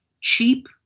cheap